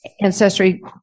ancestry